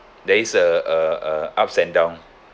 there is a a a ups and down